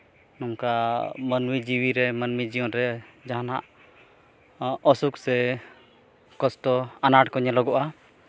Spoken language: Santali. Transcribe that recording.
ᱱᱚᱝᱠᱟ ᱢᱟᱹᱱᱢᱤ ᱡᱤᱣᱤᱨᱮ ᱢᱟᱹᱱᱢᱤ ᱡᱤᱭᱚᱱ ᱨᱮ ᱡᱟᱦᱟᱱᱟᱜ ᱚᱥᱩᱠ ᱥᱮ ᱠᱚᱥᱴᱚ ᱟᱱᱟᱴ ᱠᱚ ᱧᱮᱞᱚᱜᱚᱜᱼᱟ